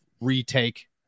retake